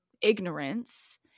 ignorance